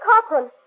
Cochran